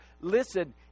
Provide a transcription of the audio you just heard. Listen